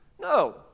No